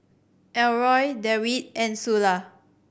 Elroy Dewitt and Sula